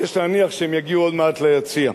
ויש להניח שהם יגיעו עוד מעט ליציע.